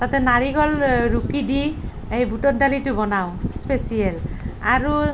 তাতে নাৰিকল ৰুকি দি এই বুটৰ দালিটো বনাওঁ স্পেচিয়েল আৰু